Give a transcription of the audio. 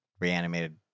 reanimated